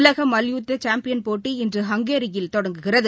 உலக மல்யுத்த சாம்பியன் போட்டி இன்று ஹங்கேரியில் தொடங்குகிறது